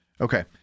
Okay